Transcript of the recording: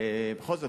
ובכל זאת,